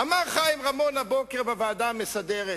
אמר חיים רמון הבוקר, בוועדה המסדרת: